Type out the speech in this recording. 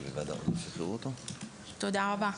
תודה רבה.